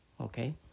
Okay